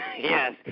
Yes